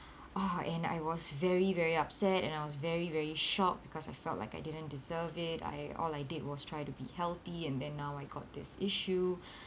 ah and I was very very upset and I was very very shocked because I felt like I didn't deserve it I all I did was try to be healthy and then now I got this issue